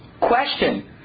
question